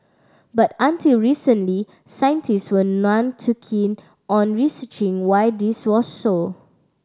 but until recently scientists were none too keen on researching why this was so